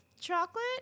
chocolate